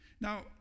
Now